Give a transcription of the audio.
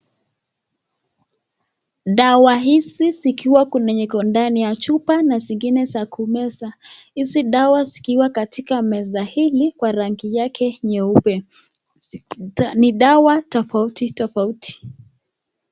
Dawa hizi zikiwa kuna yenye iko ndani ya chupa na zingine za kumeza. Hizi dawa zikiwa katika meza hii kwa rangi yake nyeupe. Ni dawa tofauti tofauti.